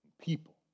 people